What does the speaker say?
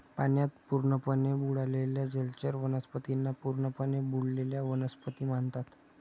पाण्यात पूर्णपणे बुडालेल्या जलचर वनस्पतींना पूर्णपणे बुडलेल्या वनस्पती म्हणतात